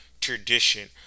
Tradition